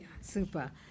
Super